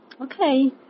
Okay